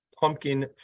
Pumpkin